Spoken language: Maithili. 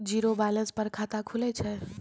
जीरो बैलेंस पर खाता खुले छै?